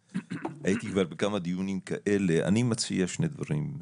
הייתי כבר בכמה דיונים כאלה ואני מציע שני דברים.